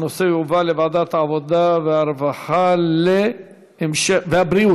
הנושא יועבר לוועדת העבודה, הרווחה והבריאות